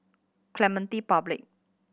Clementi Public